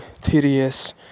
tedious